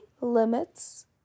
limits